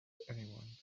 anyone